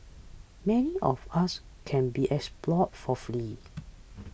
many of us can be explored for free